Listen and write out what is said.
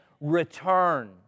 return